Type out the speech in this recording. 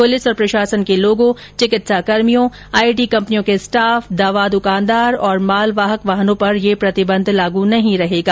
police और प्रशासन के लोगों चिकित्साकर्मियों आईटी कम्पनियों के स्टाफ दवा दुकानदार और मालवाहक वाहनों पर यह प्रतिबंध लागू नहीं रहेगा